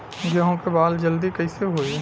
गेहूँ के बाल जल्दी कईसे होई?